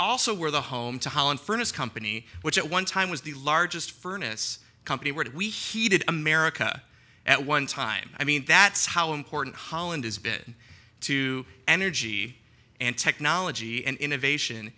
also were the home to holland furnace company which at one time was the largest furnace company where we heated america at one time i mean that's how important holland has been to energy and technology and innovation